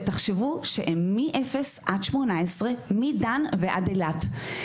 תחשבו שהם מאפס עד 18, מדן ועד אילת.